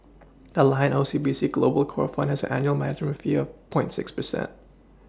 the Lion O C B C global core fund has an annual management fee of point six percent